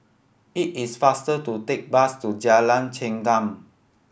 it is faster to take bus to Jalan Chengam